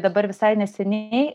dabar visai neseniai